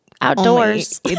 outdoors